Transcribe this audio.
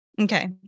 Okay